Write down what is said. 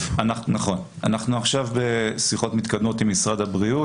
אנחנו עכשיו בשיחות מתקדמות עם משרד הבריאות